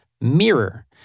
mirror